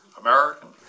American